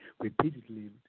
repeatedly